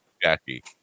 Jackie